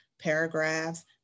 Paragraphs